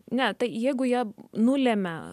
ne tai jeigu jie nulemia